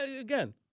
again